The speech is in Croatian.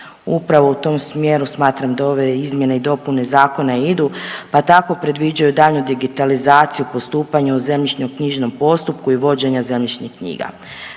Upravo u tom smjeru smatram da ove izmjene i dopune Zakona idu pa tako predviđaju daljnju digitalizaciju u postupanju u zemljišnoknjižnom postupku i vođenja zemljišnih knjiga.